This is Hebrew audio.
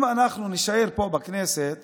אם אנחנו נישאר פה בכנסת